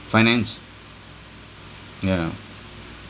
finance yeah